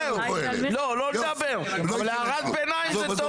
לא, לא נדבר, אבל הערת ביניים זה טוב.